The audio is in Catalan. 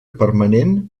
permanent